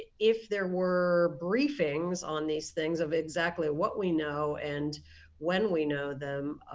if there were briefings on these things of exactly what we know, and when we know them,